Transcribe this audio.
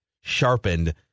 sharpened